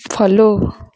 follow